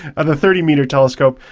and the thirty metre telescope,